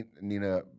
Nina